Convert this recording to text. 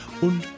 und